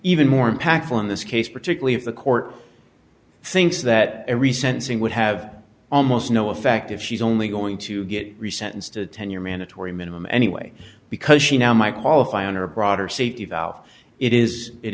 even more impactful in this case particularly if the court thinks that every sensing would have almost no effect if she's only going to get sentenced a ten year mandatory minimum anyway because she now my qualify under a broader safety valve it is it